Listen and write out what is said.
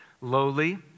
lowly